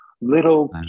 little